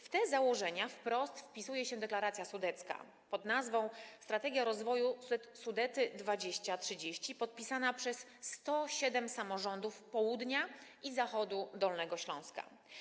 W te założenia wprost wpisuje się deklaracja sudecka, pod nazwą „Strategia rozwoju Sudety 2030”, podpisana przez 107 samorządów południa i zachodu Dolnego Śląska.